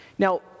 Now